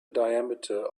diameter